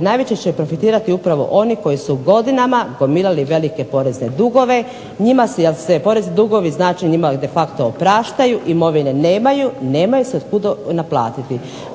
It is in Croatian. najviše profitirati oni koji su godinama komirali velike porezne dugove. Njima jel se porezni dugovi de facto njima opraštaju, imovine nemaju od kuda naplatiti.